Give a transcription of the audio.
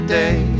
day